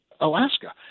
Alaska